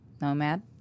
Nomad